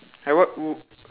I